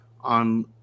on